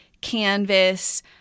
Canvas